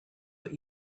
what